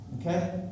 Okay